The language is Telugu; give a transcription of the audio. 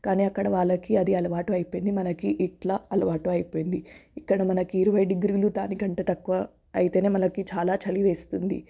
కాని అక్కడ వాళ్ళకి అది అలవాటు అయిపోయింది మనకి ఇట్లా అలవాటు అయిపోయింది ఇక్కడ మనకి ఇరవై డిగ్రీలు దానికంటే తక్కువ అయితేనే మనకి చాలా చలి వేస్తుంది